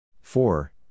four